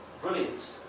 Brilliant